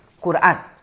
Qur'an